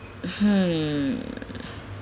hmm